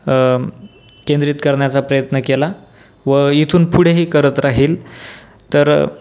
केंद्रित करण्याचा प्रयत्न केला व इथून पुढेही करत राहील तर